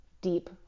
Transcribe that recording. deep